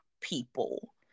people